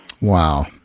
Wow